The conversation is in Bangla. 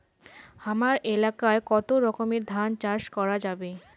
হামার এলাকায় কতো রকমের ধান চাষ করা যাবে?